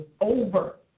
over